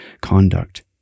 conduct